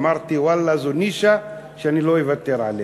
אמרתי: ואללה, זו נישה שאני לא אוותר עליה.